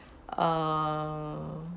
err